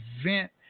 event